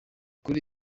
kuri